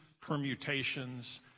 permutations